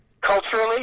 culturally